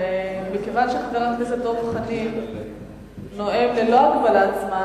ומכיוון שחבר הכנסת דב חנין נואם ללא הגבלת זמן,